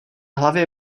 hlavě